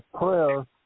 prayer